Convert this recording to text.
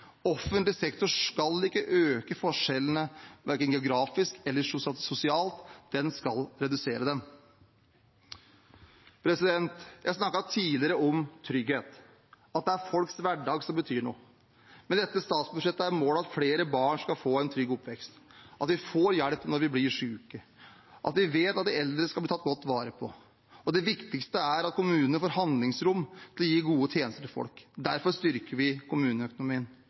Offentlig sektor skal ikke øke forskjellene verken geografisk eller sosialt – den skal redusere dem. Jeg snakket tidligere om trygghet, at det er folks hverdag som betyr noe. Med dette statsbudsjettet er målet at flere barn skal få en trygg oppvekst, at vi får hjelp når vi blir syke, at vi vet at de eldre blir tatt godt vare på. Det viktigste er at kommunene får handlingsrom til å gi gode tjenester til folk. Derfor styrker vi kommuneøkonomien.